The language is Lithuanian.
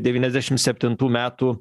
devyniasdešim septintų metų